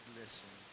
listen